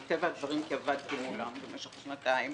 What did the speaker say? אני עבדתי מולם במשך שנתיים.